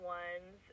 ones